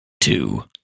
Two